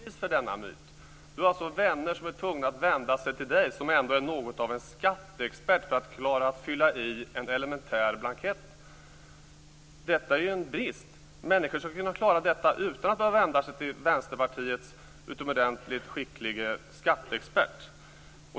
Fru talman! Per Rosengren är ju själv ett bevis för denna myt. Han har alltså vänner som är tvungna att vända sig till honom, som ändå är något av en skatteexpert, för att klara att fylla i en elementär blankett. Detta är en brist. Människor skall kunna klara detta utan att behöva vända sig till Vänsterpartiets utomordentligt skicklige skatteexpert.